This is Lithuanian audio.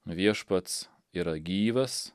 viešpats yra gyvas